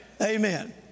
Amen